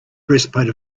breastplate